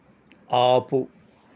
ఆపు